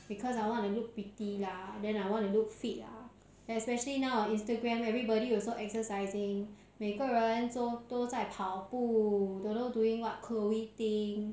because I want look pretty lah then I want to look fit ah especially now instagram everybody also exercising 每个人都都在跑步 to don't know doing what chloe ting